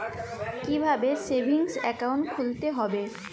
কীভাবে savings account খুলতে হবে?